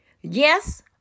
Yes